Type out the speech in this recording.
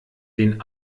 den